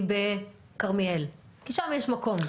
היא בכרמיאל כי שם יש מקום,